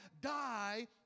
die